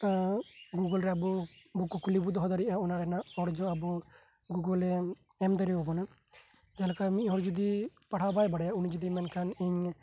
Google ᱨᱮ ᱟᱵᱚ ᱠᱩᱠᱞᱤ ᱵᱚ ᱫᱚᱦᱚ ᱫᱟᱲᱮᱭᱟᱜᱼᱟ ᱚᱱᱟ ᱨᱮᱱᱟᱜ ᱚᱨᱡᱚ ᱟᱵᱚ ᱜᱩᱜᱩᱞᱮ ᱮᱢ ᱫᱟᱲᱮᱣᱟᱵᱚᱱᱟ ᱡᱦᱟᱸᱞᱮᱟ ᱢᱤᱫ ᱦᱚᱲ ᱡᱩᱫᱤ ᱯᱟᱲᱦᱟᱜ ᱵᱟᱭ ᱵᱟᱲᱟᱭᱟ ᱩᱱᱤ ᱡᱩᱫᱤᱭ ᱢᱮᱱ ᱠᱷᱟᱱ ᱥᱟᱱᱛᱟᱞᱤ